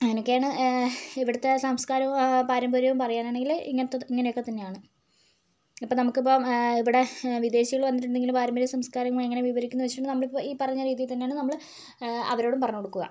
അങ്ങനൊക്കെയാണ് ഇവിടുത്തെ സംസ്ക്കാരവും പാരമ്പര്യവും പറയാനാണെങ്കില് ഇങ്ങനത്ത് ഇങ്ങനെയൊക്കെത്തന്നെയാണ് അപ്പോൾ നമുക്കിപ്പോൾ ഇവിടെ വിദേശികള് വന്നിട്ടുണ്ടെങ്കില് പാരമ്പര്യ സംസ്ക്കാരവുമായി എങ്ങനെ വിവരിക്കുന്നു എന്ന് വെച്ചിട്ടുണ്ടെങ്കില് നമ്മളിപ്പോൾ ഈ പറഞ്ഞരീതിയിൽത്തന്നെയാണ് നമ്മള് അവരോടും പറഞ്ഞുകൊടുക്കുക